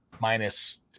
minus